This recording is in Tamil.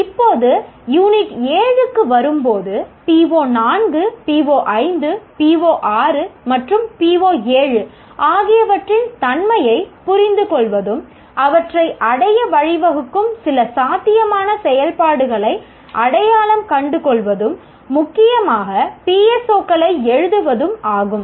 இப்போது யூனிட் 7 க்கு வரும்போது PO4 PO5 PO6 மற்றும் PO7 ஆகியவற்றின் தன்மையைப் புரிந்துகொள்வதும் அவற்றை அடைய வழிவகுக்கும் சில சாத்தியமான செயல்பாடுகளை அடையாளம் கண்டுகொள்வதும் முக்கியமாக PSO களை எழுதுவதும் ஆகும்